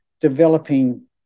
developing